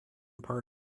part